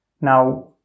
Now